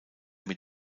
mit